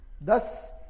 thus